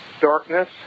Darkness